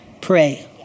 pray